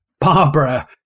Barbara